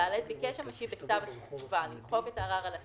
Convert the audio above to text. (ד)ביקש המשיב בכתב התשובה למחוק את הערר על הסף,